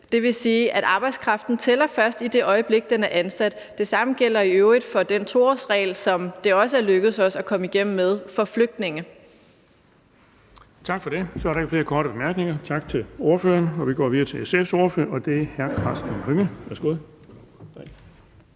det vil sige, at arbejdskraften først tæller i det øjeblik, den er ansat. Det samme gælder i øvrigt for den 2-årsregel, som det også er lykkedes os at komme igennem med for flygtninge. Kl. 13:58 Den fg. formand (Erling Bonnesen): Der er ikke flere korte bemærkninger. Tak til ordføreren. Vi går videre til SF's ordfører, og det er hr. Karsten Hønge. Værsgo.